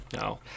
no